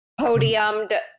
podiumed